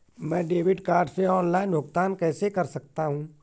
मैं debit card से online भुगतान कैसे कर सकता हूँ?